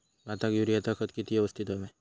भाताक युरियाचा खत किती यवस्तित हव्या?